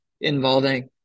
involving